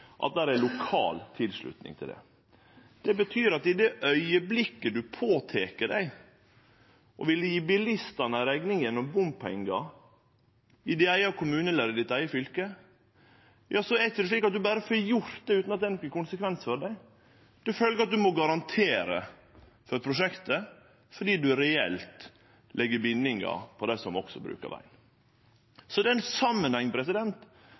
at det er lokal tilslutning til det. Det betyr at i det augeblikket ein tek på seg å ville gje bilistane rekninga gjennom bompengar i eigen kommune eller eige fylke, er det ikkje slik at ein berre får gjort det utan at det har nokon konsekvens for ein sjølv. Ein må garantere for prosjektet fordi ein reelt legg bindingar på dei som brukar vegen. Så det er ein samanheng